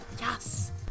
Yes